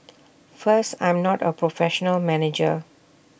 first I'm not A professional manager